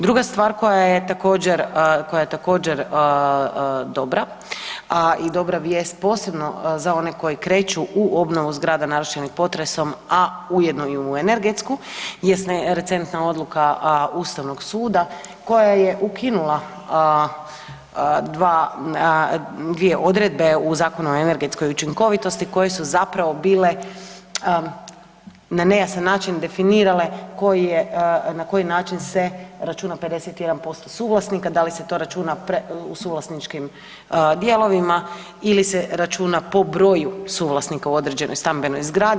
Druga stvar koja je također, koja je također dobra, a i dobra vijest posebno za one koji kreću u obnovu zgrada narušenih potresom, a ujedno i u energetsku jest nerecenzusna odluka Ustavnog suda koja je ukinula dva, dvije odredbe u Zakonu o energetskoj učinkovitosti koje su zapravo bile na nejasan način definirale na koji način se računa 51% suvlasnika, da li se to računa u suvlasničkim dijelovima ili se računa po broju suvlasnika u određenoj zgradi.